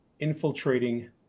infiltrating